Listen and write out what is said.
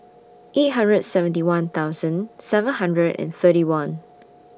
eight hundred and seventy one thousand seven hundred and thirty one